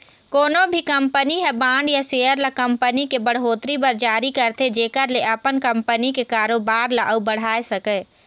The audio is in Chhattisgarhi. कोनो भी कंपनी ह बांड या सेयर ल कंपनी के बड़होत्तरी बर जारी करथे जेखर ले अपन कंपनी के कारोबार ल अउ बढ़ाय सकय